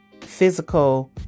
physical